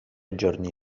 giorni